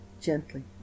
gently